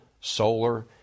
solar